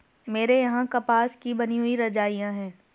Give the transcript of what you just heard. मेरे यहां कपास की बनी हुई रजाइयां है